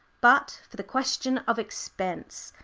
but for the question of expense,